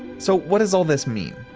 so what does all this mean?